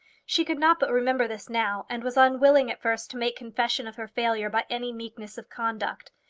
she could not but remember this now, and was unwilling at first to make confession of her failure by any meekness of conduct.